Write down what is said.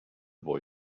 boy